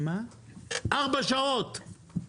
ארבע שעות.